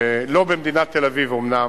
לא במדינת תל-אביב אומנם,